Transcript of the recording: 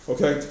Okay